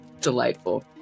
Delightful